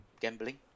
gambling